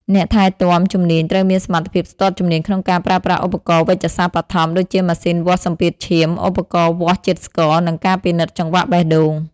អ្នកថែទាំជំនាញត្រូវមានសមត្ថភាពស្ទាត់ជំនាញក្នុងការប្រើប្រាស់ឧបករណ៍វេជ្ជសាស្ត្របឋម ដូចជាម៉ាស៊ីនវាស់សម្ពាធឈាម ឧបករណ៍វាស់ជាតិស្ករ និងការពិនិត្យចង្វាក់បេះដូង។